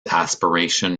aspiration